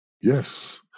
Yes